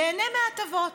ייהנה מהטבות.